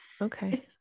okay